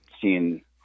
seeing